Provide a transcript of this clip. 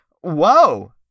Whoa